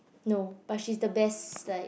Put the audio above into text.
no but she's the best like